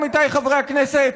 עמיתיי חברי הכנסת,